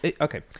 okay